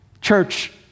Church